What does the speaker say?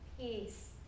peace